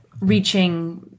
reaching